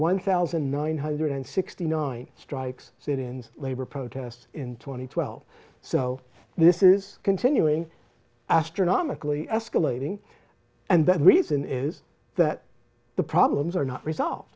one thousand nine hundred sixty nine strikes sit ins labor protests in two thousand and twelve so this is continuing astronomically escalating and that reason is that the problems are not resolved